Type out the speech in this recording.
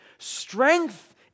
strength